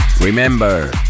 Remember